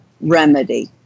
remedy